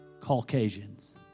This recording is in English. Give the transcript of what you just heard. Caucasians